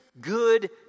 good